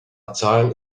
tile